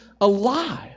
alive